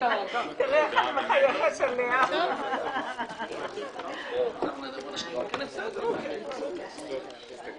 11:07.